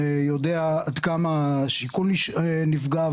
יודע עד כמה השיקול נפגע,